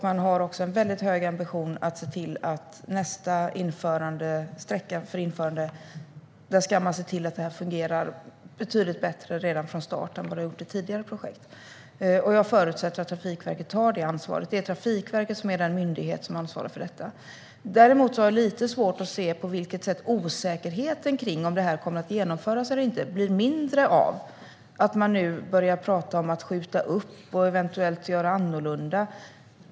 Man har också en mycket hög ambition att se till att det kommer att fungera betydligt bättre redan från start vid nästa sträcka för införande än vad det har gjort i tidigare projekt. Jag förutsätter att Trafikverket tar det ansvaret. Trafikverket är den myndighet som ansvarar för detta. Däremot har jag lite svårt att se på vilket sätt osäkerheten kring om det här kommer att genomföras eller inte blir mindre av att man nu börjar prata om att skjuta upp detta och eventuellt göra det annorlunda.